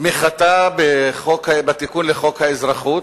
תמיכתה בתיקון לחוק האזרחות,